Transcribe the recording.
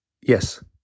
yes